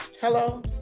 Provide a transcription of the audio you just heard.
Hello